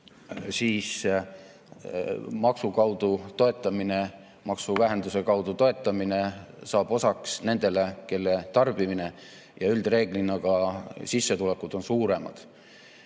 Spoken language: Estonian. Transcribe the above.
siis maksu kaudu toetamine, maksuvähenduse kaudu toetamine saab osaks nendele, kelle tarbimine ja üldreeglina ka sissetulekud on suuremad.